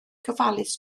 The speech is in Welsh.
gofalus